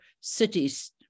cities